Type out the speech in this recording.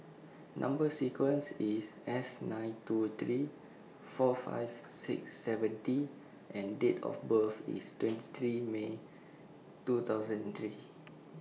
Number sequence IS S nine two three four five six seven T and Date of birth IS twenty three May two thousand and three